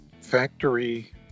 factory